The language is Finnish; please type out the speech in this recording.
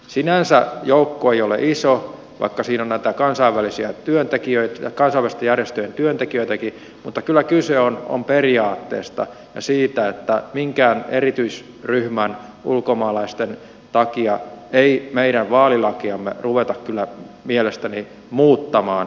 sinänsä joukko ei ole iso vaikka siinä on kansainvälisten järjestöjen työntekijöitäkin mutta kyllä kyse on periaatteesta ja siitä että minkään erityisryhmän ulkomaalaisten takia ei meidän vaalilakiamme ruveta kyllä mielestäni muuttamaan